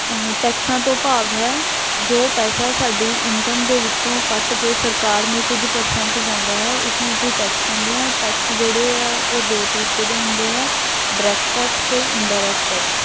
ਟੈਕਸਾਂ ਤੋਂ ਭਾਵ ਹੈ ਜੋ ਪੈਸਾ ਸਾਡੀ ਇਨਕਮ ਦੇ ਵਿਚੋਂ ਕੱਟ ਕੇ ਸਰਕਾਰ ਨੂੰ ਕੁਝ ਪਰਸੈਂਟ ਜਾਂਦਾ ਹੈ ਉਸ ਨੂੰ ਅਸੀਂ ਟੈਕਸ ਕਹਿੰਦੇ ਹਾਂ ਟੈਕਸ ਜਿਹੜੇ ਹੈ ਉਹ ਦੋ ਤਰੀਕੇ ਦੇ ਹੁੰਦੇ ਹੈ ਡਾਇਰੈਕਟ ਟੈਕਸ ਅਤੇ ਇਨਡਾਇਰੈਕਟ ਟੈਕਸ